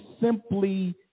simply